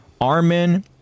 Armin